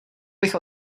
bych